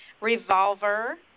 Revolver